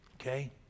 Okay